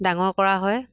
ডাঙৰ কৰা হয়